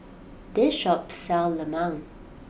this shop sells Lemang